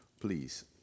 please